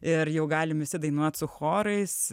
ir jau galim dainuot su chorais